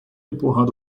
empurrando